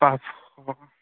পাঁচশ